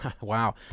Wow